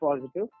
positive